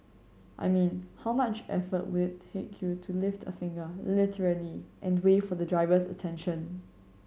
I mean how much effort will take you to lift a finger literally and wave for the driver's attention